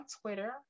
Twitter